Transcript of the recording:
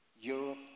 Europe